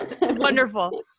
wonderful